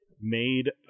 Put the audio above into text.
made